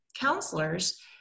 counselors